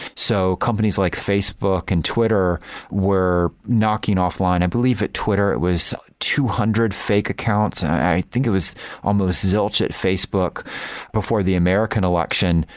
so companies like facebook and twitter were knocking off-line. i believe it twitter it was two hundred fake accounts and i think it was almost zilch at facebook before the american election.